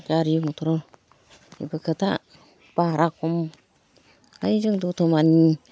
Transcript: गारि मटरनिबो खोथा बाह्रा खम ओंखायनो जों द'तमानि